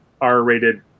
r-rated